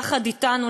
יחד אתנו,